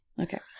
Okay